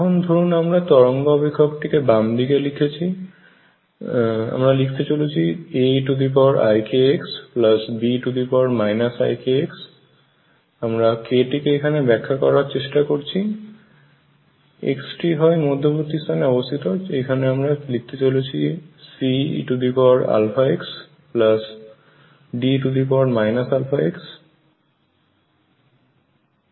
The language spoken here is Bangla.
এখন ধরুন আমরা তরঙ্গ অপেক্ষকটিকে বামদিকে লিখছি আমরা লিখতে চলেছি Aeikx B e ikx আমরা k টিকে এখানে ব্যাখ্যা করার চেষ্টা করছি x টি হয় মধ্যবর্তী স্থানে অবস্থিত এখানে আমরা লিখতে চলেছি C eαxD e αx